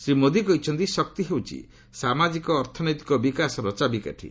ଶ୍ରୀ ମୋଦି କହିଛନ୍ତି ଶକ୍ତି ହେଉଛି ସାମାଜିକ ଅର୍ଥନୈତିକ ବିକାଶର ଚାବିକାଠି